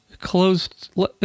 closed